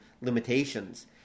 limitations